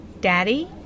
Daddy